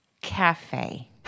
cafe